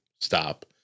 stop